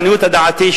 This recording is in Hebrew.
לעניות דעתי,